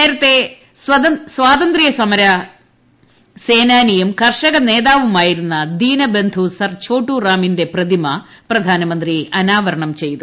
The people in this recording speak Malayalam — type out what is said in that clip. നേരത്തെ സ്വതന്ത്രസമര സേനാനിയും കർഷക നേതാവുമായിരുന്ന ദീനബന്ധു സർ ഛോട്ടു റാമിന്റെ പ്രതിമ പ്രധാനമന്ത്രി അനാവരണം ചെയ്തു